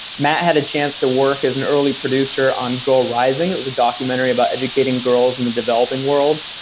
matt had a chance to work as an early producer on girl rising, it was a documentary about educating girls in the developing world,